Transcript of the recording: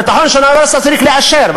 הביטחון של האוניברסיטה צריך לאשר,